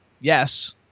Yes